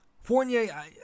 Fournier